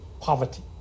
poverty